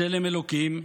בצלם אלוקים,